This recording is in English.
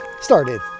started